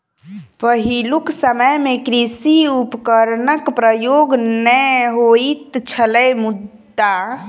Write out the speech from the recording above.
पहिलुक समय मे कृषि उपकरणक प्रयोग नै होइत छलै मुदा